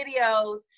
videos